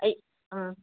ஐ ம்